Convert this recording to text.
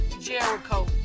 Jericho